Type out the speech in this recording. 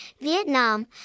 Vietnam